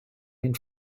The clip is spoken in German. den